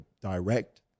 direct